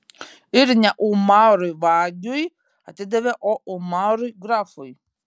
ir ne umarui vagiui atidavė o umarui grafui